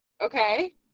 Okay